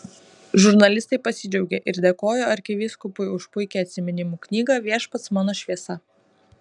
žurnalistai pasidžiaugė ir dėkojo arkivyskupui už puikią atsiminimų knygą viešpats mano šviesa